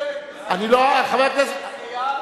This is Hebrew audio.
חלק מסיעתו.